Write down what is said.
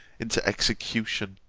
into execution.